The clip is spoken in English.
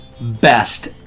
best